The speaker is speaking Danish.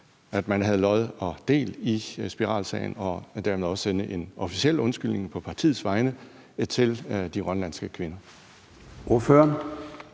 at man havde lod og del i spiralsagen og dermed også sende en officiel undskyldning på partiets vegne til de grønlandske kvinder.